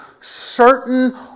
certain